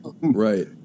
Right